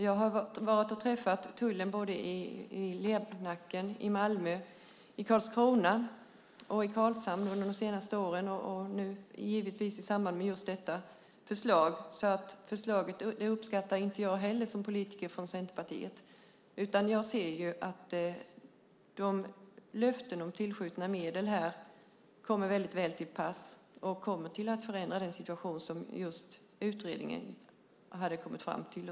Jag har varit och träffat tullen i Lernacken i Malmö, i Karlskrona och i Karlshamn under de senaste åren och nu givetvis i samband med just detta förslag. Förslaget uppskattar inte jag heller som politiker från Centerpartiet. Jag ser att löftena om tillskjutna medel kommer väldigt väl till pass och kommer att förändra den situation som utredningen hade kommit fram till.